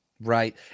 Right